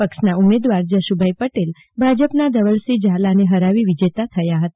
પક્ષના ઉમેદવાર જસુભાઇ પટેલ ભાજપના ધવલસિંહ ને હરાવી વિજેતા થયા હતા